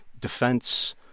defense